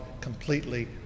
completely